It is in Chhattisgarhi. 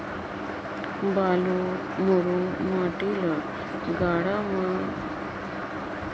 बालू, मुरूम, माटी कर गारा मन ल जोड़े कर काम घलो कुदारी ले करल जाथे